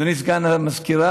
אדוני סגן המזכירה,